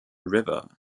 river